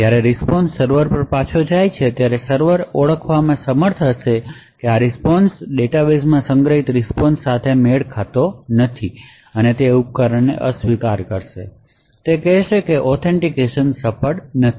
જ્યારે response server પર પાછો જાય ત્યારે સર્વર ઓળખવામાં સમર્થ હશે કે આ રીસ્પોન્શ ડેટાબેઝ માં સંગ્રહિત રીસ્પોન્શ સાથે મેળ ખાતો નથી અને તે ઉપકરણને અસ્વીકાર કરશે તે કહેશે કે ઑથેનટીકેશન સફળ નથી